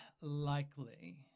likely